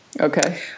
Okay